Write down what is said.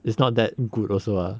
it's not that good also ah